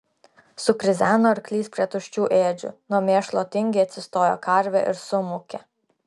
sukrizeno arklys prie tuščių ėdžių nuo mėšlo tingiai atsistojo karvė ir sumūkė